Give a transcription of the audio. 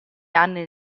anni